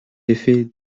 effet